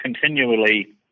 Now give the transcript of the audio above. continually